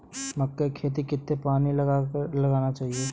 मक्के की खेती में कितना पानी लगाना चाहिए?